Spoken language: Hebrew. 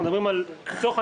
למשל,